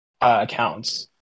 accounts